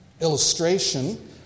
illustration